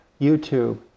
YouTube